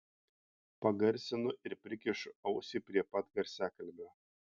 pagarsinu ir prikišu ausį prie pat garsiakalbio